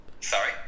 Sorry